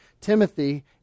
Timothy